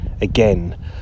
again